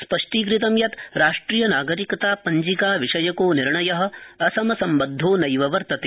स्पष्टीकृतं यत् राष्ट्रियनागरिकता पंजिका विषयको निर्णय असमसम्बद्वो नैव वर्तते